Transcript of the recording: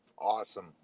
Awesome